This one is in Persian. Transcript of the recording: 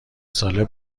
ساله